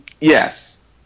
Yes